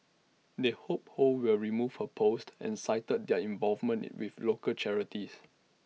they hope ho will remove her post and cited their involvement with local charities